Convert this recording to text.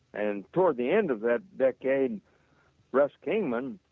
and toward the end of that decade russ kingman,